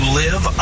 live